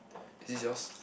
is this yours